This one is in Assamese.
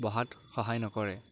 বঢ়াত সহায় নকৰে